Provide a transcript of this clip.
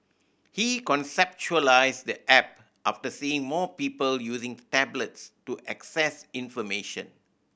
he conceptualised the app after seeing more people using tablets to access information